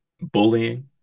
bullying